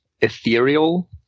ethereal